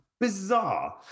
bizarre